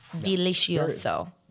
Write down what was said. delicioso